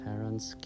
Parents